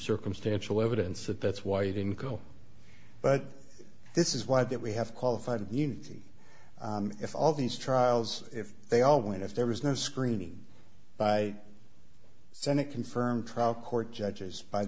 circumstantial evidence that that's why you didn't go but this is why that we have qualified immunity if all these trials if they all went if there was no screaming by senate confirmed trial court judges by